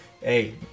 hey